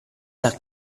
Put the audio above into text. l’ha